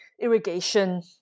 irrigation